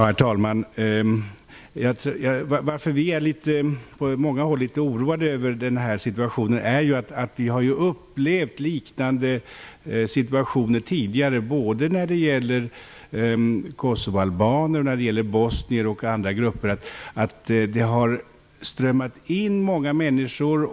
Herr talman! Att vi på många håll är oroade över situationen beror på att vi har upplevt liknande situationer tidigare när det gäller kosovoalbaner, bosnier och andra grupper. Det har strömmat in många människor.